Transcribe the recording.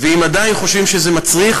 ואם עדיין חושבים שזה מצריך,